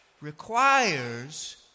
requires